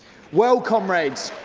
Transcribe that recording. well, comrades,